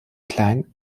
klein